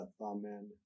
Amen